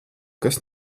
kas